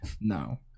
No